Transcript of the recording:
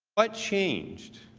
what changed?